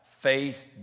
Faith